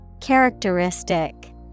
Characteristic